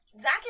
Zach